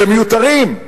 שהם מיותרים,